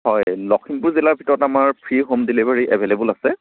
হয় লখিমপুৰ জিলাৰ ভিতৰত আমাৰ ফ্ৰী হোম ডেলিভাৰী এভেলেবল আছে